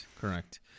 Correct